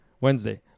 Wednesday